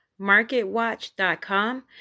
marketwatch.com